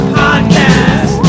podcast